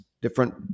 different